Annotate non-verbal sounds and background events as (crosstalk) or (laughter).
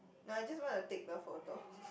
no I just want to take the photo (noise)